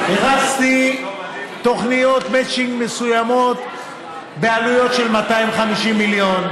הרצתי תוכניות מצ'ינג מסוימות בעלויות של 250 מיליון,